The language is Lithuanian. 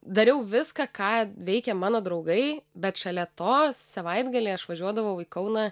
dariau viską ką veikė mano draugai bet šalia to savaitgalį aš važiuodavau į kauną